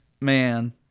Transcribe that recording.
man